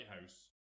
House